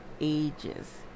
ages